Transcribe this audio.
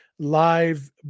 live